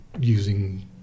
using